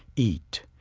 eat.